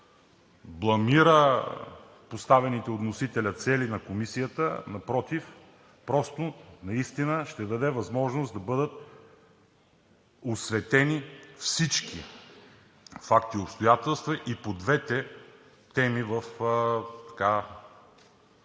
бламира поставените от вносителя цели на комисията. Напротив, просто наистина ще даде възможност да бъдат осветени всички факти и обстоятелства и по двете теми,